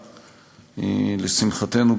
לשמחתנו,